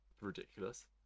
ridiculous